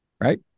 right